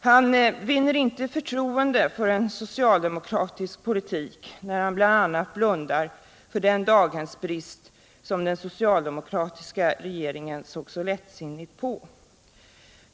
Han vinner inte förtroende för en socialdemokratisk politik när han bl.a. blundar för den daghemsbrist som den socialdemokratiska regeringen såg så lättsinnigt på.